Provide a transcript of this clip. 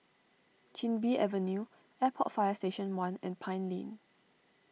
Chin Bee Avenue Airport Fire Station one and Pine Lane